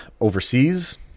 overseas